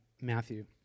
Matthew